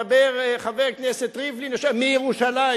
מדבר חבר הכנסת ריבלין מירושלים.